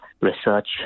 research